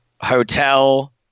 hotel